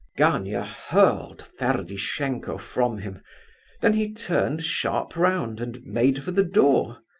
gania hurled ferdishenko from him then he turned sharp round and made for the door.